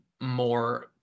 more